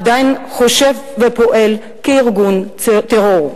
עדיין חושב ופועל כארגון טרור.